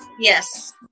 Yes